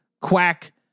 quack